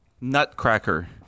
Nutcracker